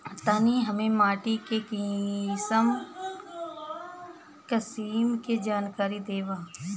तनि हमें माटी के किसीम के जानकारी देबा?